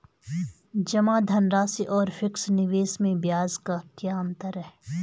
जमा धनराशि और फिक्स निवेश में ब्याज का क्या अंतर है?